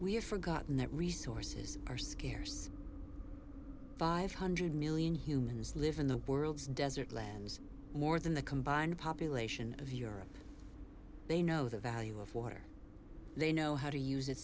we're forgotten that resources are scarce five hundred million humans live in the world's desert lands more than the combined population of europe they know the value of water they know how to use it